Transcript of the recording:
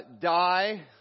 Die